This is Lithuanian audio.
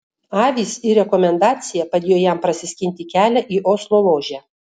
avys ir rekomendacija padėjo jam prasiskinti kelią į oslo ložę